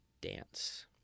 dance